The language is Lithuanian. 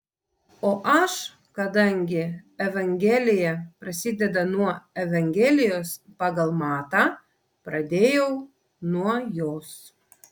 o aš kadangi evangelija prasideda nuo evangelijos pagal matą pradėjau nuo jos